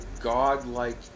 godlike